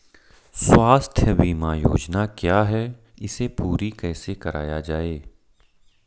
स्वास्थ्य बीमा योजना क्या है इसे पूरी कैसे कराया जाए?